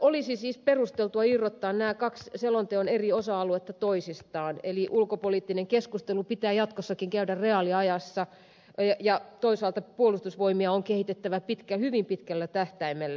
olisi siis perusteltua irrottaa nämä kaksi selonteon eri osa aluetta toisistaan eli ulkopoliittinen keskustelu pitää jatkossakin käydä reaaliajassa ja toisaalta puolustusvoimia on kehitettävä hyvin pitkällä tähtäimellä